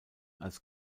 als